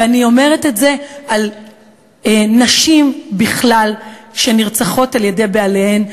ואני אומרת את זה על נשים בכלל שנרצחות על-ידי בעליהן.